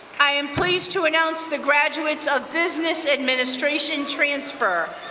i am pleased to announce the graduates of business administration transfer.